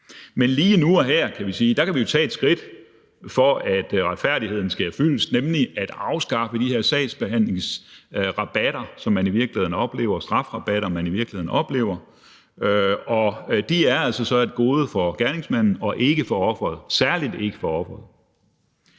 Men lige nu og her kan vi jo tage et skridt for, at retfærdigheden sker fyldest, nemlig ved at afskaffe de her strafrabatter, som man i virkeligheden oplever. De er altså et gode for gerningsmanden og ikke for offeret, særlig ikke for offeret.